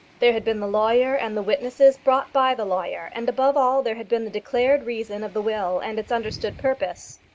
there had been the lawyer and the witnesses brought by the lawyer and, above all, there had been the declared reason of the will and its understood purpose.